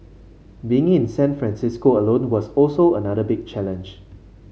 been in San Francisco alone was also another big challenge